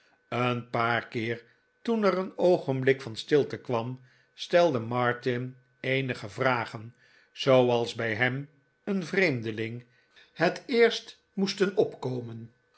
een paar keer toen er een oogenblik van stilte kwam stelde martin eenige vragen zooals bij hem een vreemdeling het eerst moesten opkomen